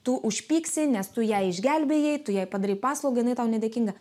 tu užpyksi nes tu ją išgelbėjai tu jai padarei paslaugą jinai tau nedėkinga